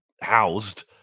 housed